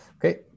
Okay